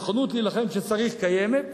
הנכונות להילחם כשצריך קיימת.